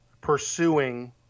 pursuing